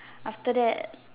after that